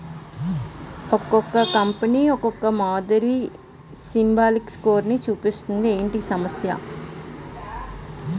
ఒక్కో కంపెనీ ఒక్కో మాదిరి సిబిల్ స్కోర్ చూపిస్తుంది ఏంటి ఈ సమస్య?